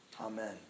Amen